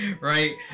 right